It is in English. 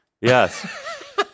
Yes